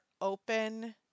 open